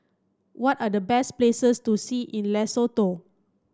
what are the best places to see in Lesotho